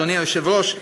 אדוני היושב-ראש,